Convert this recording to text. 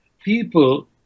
people